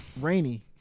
Rainy